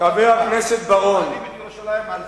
את ירושלים על סדר-היום,